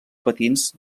patins